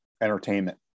entertainment